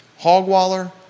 Hogwaller